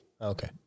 Okay